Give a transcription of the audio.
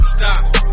Stop